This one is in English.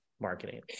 marketing